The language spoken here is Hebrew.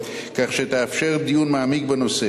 כך שתאפשר דיון מעמיק בנושא.